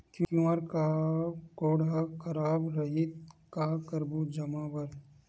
QR code हा खराब रही का करबो जमा बर?